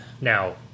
Now